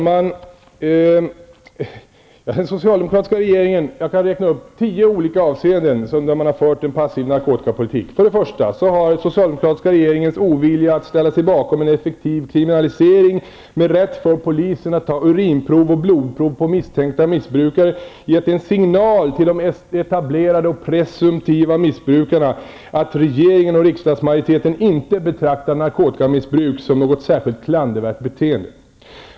Fru talman! Jag kan räkna upp tio olika punkter där den socialdemokratiska regeringen har fört en passiv narkotikapolitik. För det första har den socialdemokratiska regeringens ovilja att ställa sig bakom en effektiv kriminalisering med rätt för polisen att ta urinprov och blodprov på misstänkta missbrukare, givit en signal till de etablerade och presumtiva missbrukarna att regeringen och riksdagsmajoriteten inte betraktar narkotikamissbruk som något särskilt klandervärt beteende.